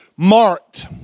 Marked